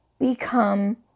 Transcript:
become